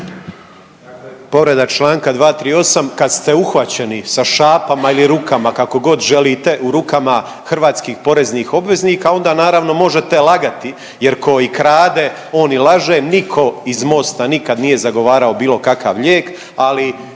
povreda čl. 238., kad ste uhvaćeni sa šapama ili rukama kako god želite u rukama hrvatskih poreznih obveznika onda naravno možete lagati jer ko i krade on i laže, niko iz Mosta nikad nije zagovarao bilo kakav lijek, ali